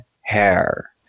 hair